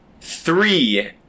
three